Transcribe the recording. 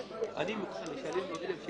אני רוצה לשלם את החובות שלי,